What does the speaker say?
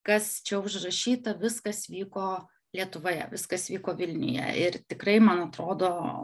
kas čia užrašyta viskas vyko lietuvoje viskas vyko vilniuje ir tikrai man atrodo